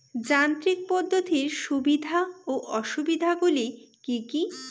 যান্ত্রিক পদ্ধতির সুবিধা ও অসুবিধা গুলি কি কি?